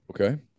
Okay